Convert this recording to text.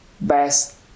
best